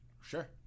sure